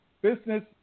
business